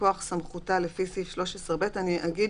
מכוח סמכותה לפי סעיף 13(ב)" --- אני אגיד